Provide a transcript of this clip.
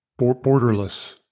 Borderless